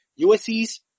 USC's